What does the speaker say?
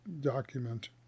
document